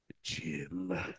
Jim